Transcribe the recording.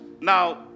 Now